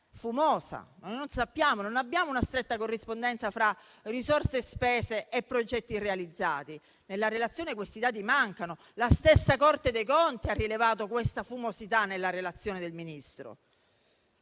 fumosa. Noi non abbiamo una stretta corrispondenza fra risorse, spese e progetti irrealizzati. Nella relazione questi dati mancano. La stessa Corte dei Conti ha rilevato questa fumosità nella relazione del Ministro.